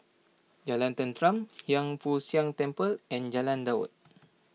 Jalan Tenteram Hiang Foo Siang Temple and Jalan Daud